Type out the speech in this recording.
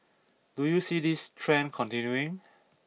do you see this trend continuing